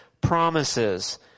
promises